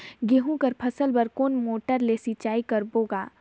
गहूं कर फसल बर कोन मोटर ले सिंचाई करबो गा?